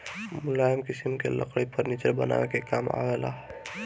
मुलायम किसिम के लकड़ी फर्नीचर बनावे के काम आवेला